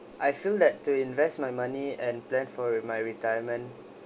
I feel that to invest my money and plan for re~ my retirement